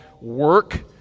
work